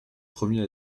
premier